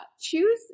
Choose